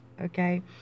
okay